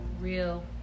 real